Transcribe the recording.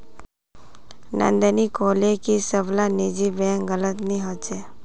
नंदिनी कोहले की सब ला निजी बैंक गलत नि होछे